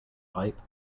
pipe